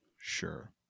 sure